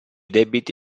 debiti